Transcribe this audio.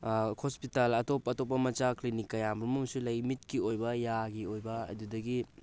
hospital ꯑꯇꯣꯞ ꯑꯇꯣꯞꯄ ꯃꯆꯥꯛ ꯀ꯭ꯂꯤꯅꯤꯛ ꯀꯌꯥ ꯒꯨꯝꯕ ꯑꯃꯁꯨ ꯂꯩ ꯃꯤꯠꯀꯤ ꯑꯣꯏꯕ ꯌꯥꯒꯤ ꯑꯣꯏꯕ ꯑꯗꯨꯗꯒꯤ